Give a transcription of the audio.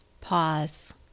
Pause